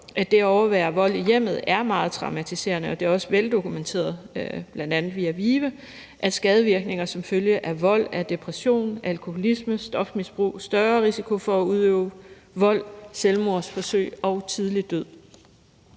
at det at overvære vold i hjemmet er meget traumatiserende, og det er også veldokumenteret, bl.a. via VIVE, at skadevirkninger som følge af vold er depression, alkoholisme, stofmisbrug, større risiko for at udøve vold, selvmordsforsøg og tidlig død.